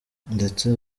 ndetse